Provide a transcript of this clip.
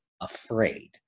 afraid